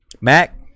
Mac